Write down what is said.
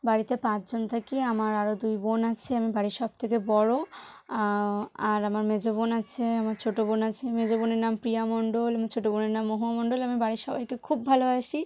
বাড়িতে পাঁচজন থাকি আমার আরোও দুই বোন আছে আমি বাড়ির সবথেকে বড় আর আমার মেজো বোন আছে আমার ছোট বোন আছে মেজো বোনের নাম প্রিয়া মণ্ডল আমার ছোট বোনের নাম মহুয়া মণ্ডল আমি বাড়ির সবাইকে খুব ভালোবাসি